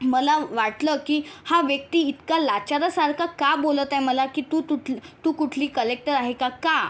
मला वाटलं की हा व्यक्ती इतका लाचारासारखा का बोलत आहे मला की तू तूटली कुठली कलेक्टर आहे का का